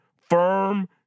firm